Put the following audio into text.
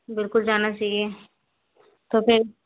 बिलकुल जाना चाहिए तो फिर